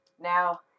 Now